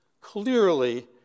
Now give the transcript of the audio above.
clearly